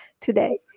today